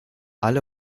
alle